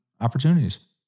opportunities